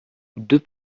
deux